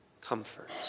comfort